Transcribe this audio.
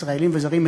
ישראלים וזרים,